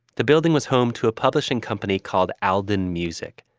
the building was home to a publishing company called aldin music.